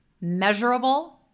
measurable